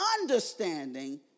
understanding